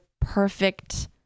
perfect